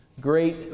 great